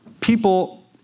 People